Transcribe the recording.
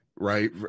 right